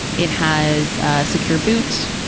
it has a secure boot.